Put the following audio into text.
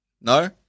No